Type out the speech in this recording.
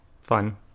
fun